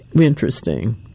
interesting